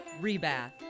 Rebath